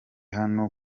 hano